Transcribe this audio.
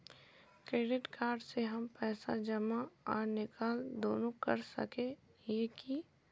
Credit card से हम पैसा जमा आर निकाल दोनों कर सके हिये की?